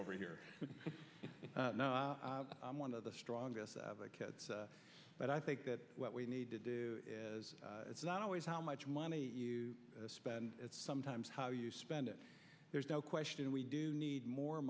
over here you know i'm one of the strongest advocates but i think that what we need to do is it's not always how much money you spend it's sometimes how you spend it there's no question we do need more